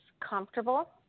comfortable